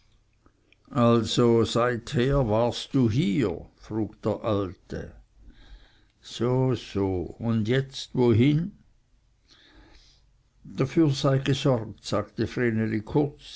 also seither warst hier frug der alte so so und jetzt wohin dafür sei gesorgt sagte vreneli kurz